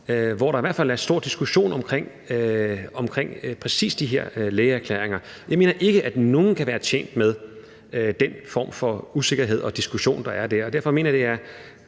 hvor der i hvert fald er en stor diskussion om præcis de her lægeerklæringer, og jeg mener ikke, at nogen kan være tjent med den form for usikkerhed og diskussion, der er der. Derfor mener jeg, at det er